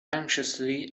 anxiously